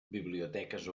biblioteques